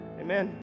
Amen